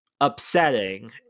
upsetting